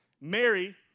Mary